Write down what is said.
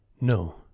No